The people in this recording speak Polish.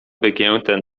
wygięte